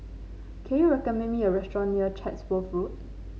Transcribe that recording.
can you recommend me a restaurant near Chatsworth Road